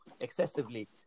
excessively